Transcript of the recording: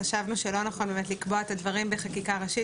חשבנו שלא נכון באמת לקבוע את הדברים בחקיקה ראשית.